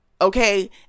okay